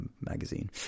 Magazine